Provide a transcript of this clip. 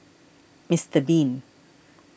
Mister Bean